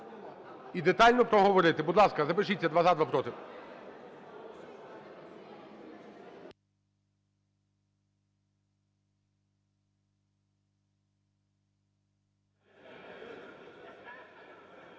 І детально проговорити. Будь ласка, запишіться: два – за, два – проти.